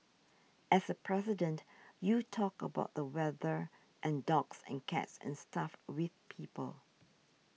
as a President you talk about the weather and dogs and cats and stuff with people